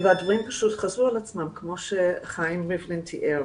הדברים פשוט חזרו על עצמם, כמו שחיים ריבלין תיאר.